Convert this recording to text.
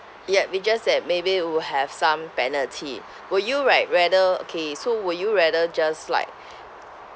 yup it just that maybe will have some penalty will you like rather okay so would you rather just like